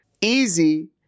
easy